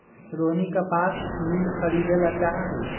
रोहिनी कपास मिल खरीदे ला चाहा हई